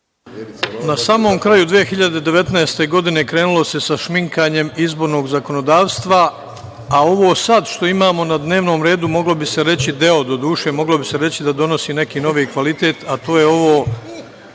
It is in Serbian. Na samom kraju 2019. godine krenulo se sa šminkanjem izbornog zakonodavstva, a ovo sada što imamo na dnevnom redu moglo bi se reći da donosi neki novi kvalitet, a to je ovo